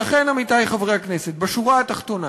לכן, עמיתי חברי הכנסת, בשורה התחתונה,